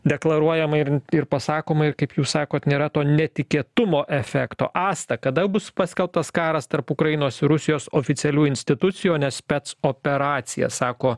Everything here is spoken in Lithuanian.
deklaruojama ir ir pasakoma ir kaip jūs sakot nėra to netikėtumo efekto asta kada bus paskelbtas karas tarp ukrainos ir rusijos oficialių institucijų o ne specoperacija sako